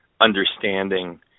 understanding